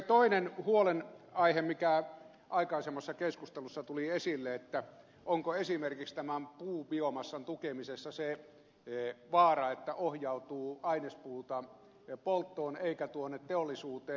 toinen huolenaihe mikä aikaisemmassa keskustelussa tuli esille on onko esimerkiksi tämän puubiomassan tukemisessa se vaara että ohjautuu ainespuuta polttoon eikä teollisuuteen